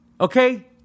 Okay